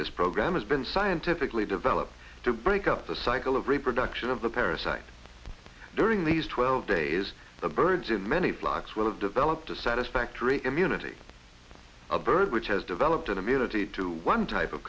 this program has been scientifically developed to break up the cycle of reproduction of the parasite during these twelve of days the birds in many blocks will have developed a satisfactory immunity a bird which has developed an immunity to one type of